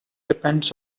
depends